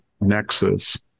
nexus